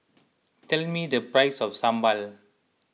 tell me the price of Sambal